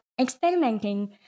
experimenting